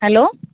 hello